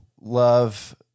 love